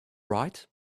right